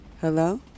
Hello